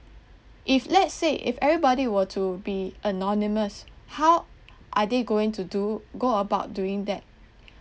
if let's say if everybody were to be anonymous how are they going to do go about doing that